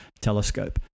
telescope